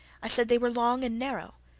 i said they were long and narrow.